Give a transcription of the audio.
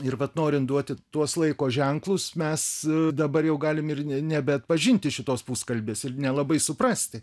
ir vat norint duoti tuos laiko ženklus mes dabar jau galim ir ne nebeatpažinti šitos puskalbės ir nelabai suprasti